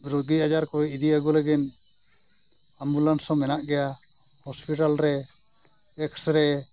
ᱨᱩᱜᱤ ᱟᱡᱟᱨ ᱠᱚ ᱤᱫᱤᱼᱟᱹᱜᱩ ᱞᱟᱹᱜᱤᱫ ᱦᱚᱸ ᱢᱮᱱᱟᱜ ᱜᱮᱭᱟ ᱨᱮ